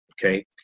okay